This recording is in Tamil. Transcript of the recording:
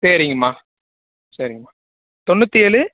சரிங்கம்மா சரிங்கம்மா தொண்ணூற்றி ஏழு